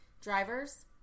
drivers